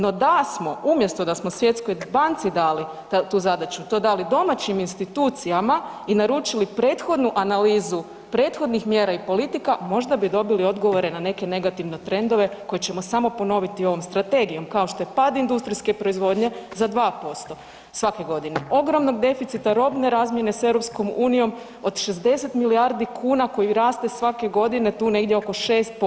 No da smo umjesto da smo Svjetskoj banci dali tu zadaću, to dali domaćim institucijama i naručili prethodnu analizu prethodnih mjera i politika, možda bi dobili odgovore na neke negativne trendove koji ćemo samo ponoviti ovom strategijom kao što je pad industrijske proizvodnje za 2% svake godine, ogromni deficit robne razmjene s EU-om od 60 milijardi kuna koji raste svake godine tu negdje oko 6%